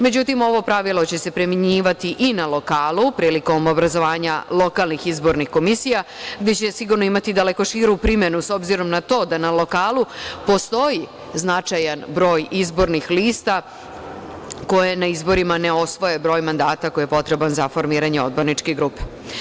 Međutim, ovo pravilo će se primenjivati i na lokalu prilikom obrazovanja lokalnih izbornih komisija gde će, sigurno, imati daleko širu primenu, s obzirom na to da na lokalu postoji značajan broj izbornih lista koje na izborima ne osvoje broj mandata koji je potreban za formiranje odborničke grupe.